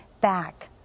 back